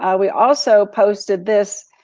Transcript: ah we also posted this.